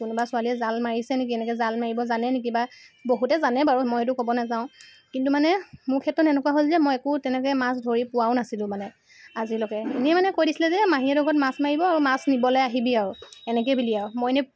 কোনোবা ছোৱালীয়ে জাল মাৰিছে নেকি এনেকৈ জাল মাৰিব জানে নেকি বা বহুতে জানে বাৰু মই সেইটো ক'ব নাজাও কিন্তু মানে মোৰ ক্ষেত্ৰত এনেকুৱা হ'ল যে মই একো তেনেকৈ মাছ ধৰি পোৱাও নাছিলো মানে আজিলৈকে এনেই মানে কৈ দিছিলে যে মাহীহঁতৰ ঘৰত মাছ মাৰিব আৰু মাছ নিবলৈ আহিবি আৰু এনেকৈ বুলি আৰু মই ইনে